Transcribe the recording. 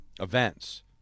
events